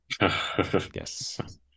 Yes